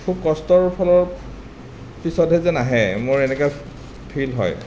খুব কষ্টৰ ফলত পিছতে যেন আহে মোৰ এনেকা ফীল হয়